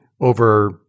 over